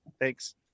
Thanks